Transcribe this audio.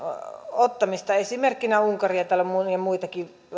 ottamista esimerkkinä unkari ja täällä on monia muitakin